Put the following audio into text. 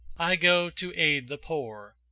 i go to aid the poor.